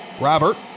Robert